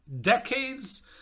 decades